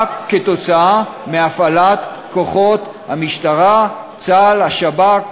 רק כתוצאה מהפעלת כוחות המשטרה, צה"ל, השב"כ